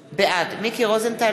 יש בהסדר הזה להבטיח כי כספים שהוקצו